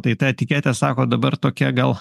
tai ta etiketė sako dabar tokia gal